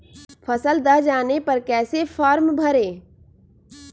फसल दह जाने पर कैसे फॉर्म भरे?